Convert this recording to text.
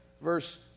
verse